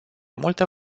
multă